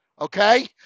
okay